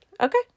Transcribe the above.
Okay